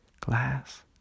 glass